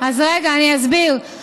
אני אסביר.